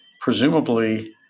presumably